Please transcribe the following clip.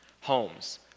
Homes